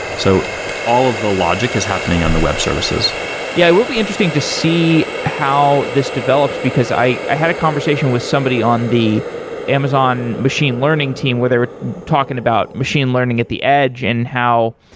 so all of the logic is happening on the web services yeah, it will be interesting to see how this develops, because i i had a conversation with somebody on the amazon machine learning team, where they were talking about machine learning at the edge and how